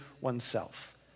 oneself